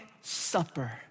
supper